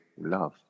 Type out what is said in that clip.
love